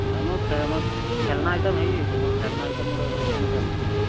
ନାହିଁମ ଖେଳନା ଆଇଟମ୍ ହେଇଯାଇଛି ମୋର ଖେଳନା ଆଇଟମ୍ ଗୁଡ଼ା ସବୁ କିଣିସାରିଛି